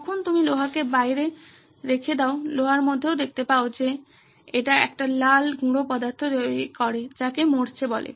তখন তুমি লোহাকে বাইরে রেখে দাও লোহার মধ্যে দেখতে পাও এটি একটি লাল গুঁড়ো পদার্থ তৈরি করে যাকে মরচে বলে